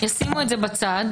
ישימו את זה בצד,